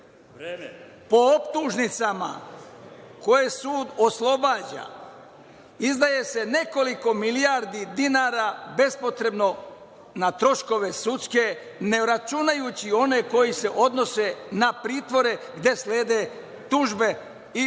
po optužnicama koje sud oslobađa izdaje se nekoliko milijardi dinara bespotrebno na troškove sudske, ne računajući one koji se odnose na pritvore gde slede tužbe i izdaci